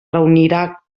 reunirà